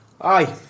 Aye